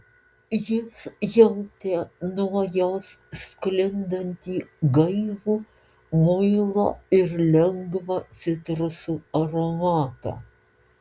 jis jautė nuo jos sklindantį gaivų muilo ir lengvą citrusų aromatą